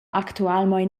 actualmein